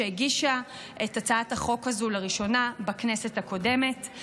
שהגישה את הצעת החוק הזו לראשונה בכנסת הקודמת.